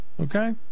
Okay